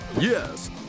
Yes